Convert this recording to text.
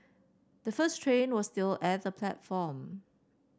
the first train was still at the platform